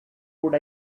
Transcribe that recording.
would